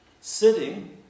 Sitting